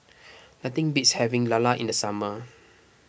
nothing beats having Lala in the summer